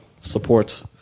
support